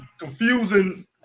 confusing